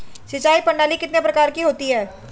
सिंचाई प्रणाली कितने प्रकार की होती हैं?